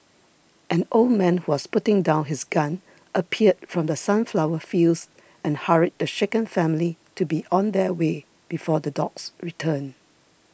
an old man who was putting down his gun appeared from the sunflower fields and hurried the shaken family to be on their way before the dogs return